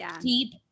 deep